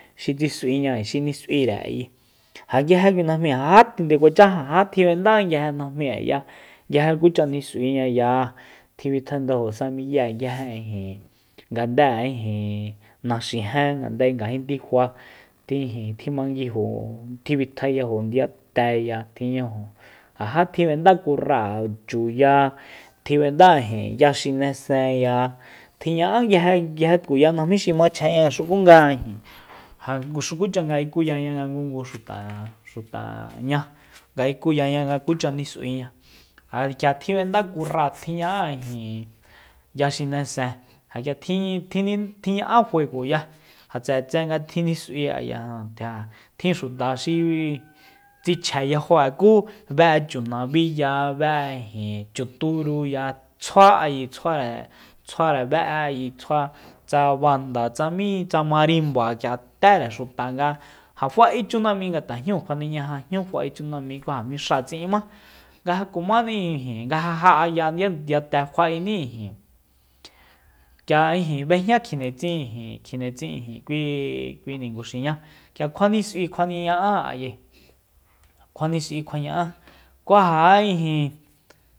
Xi tsis'uiña xi nis'uire ayi ja nguije kui najmi ja jandekuacha ja jatjib'enda nguije najmi'eya nguije kucha nis'uiñaya tjibitjandaejo sa miye nguije ijin ngande ijin naxijen ngandae ngajin ndifa tji ijin tjimanguijó tjibitjayajo ndiyateya tji'ñajo ja ja tjib'enda kurráa chuya tjib'enda ijin ya xinesenya tjiña'a nguije- nguije tkuya najmí xi nachjen k'ia xukunga ijin ja xukucha nga ikuyaña ngungu xuta- xutañá nga ikuyaña nga kucha nis'uiña ja k'ia tjib'enda kurra tjiña'a ya xinesen k'ia tjinin tjiña'á juegoya ja tse'etsé nga tjinis'ui ayajnu tjin xuta xi tsi chje yajo'e ku be'e chunab'íya be'e ijin chuturuya tsjuá ayi tsjuare be'e ayi tsjua tsa banda tsa mi tsa marimba k'ia tére xuta nga ja fa'e chanam'i nga tajñúu kjuane ñaja tajñu fa'e chanam'i ku ja mix'aa tsi'inmá nga ja kumani ijin nga ja ja'ayani ndiyate kjua'eni ijin k'ia ijin b'ejña kjindetsin ijin kjindetsin ijin kui- kui ninguxiñá k'ia kjuianis'ui kjua ña'á ayi kjua nis'ui kjua ña'á ku ja ja ijin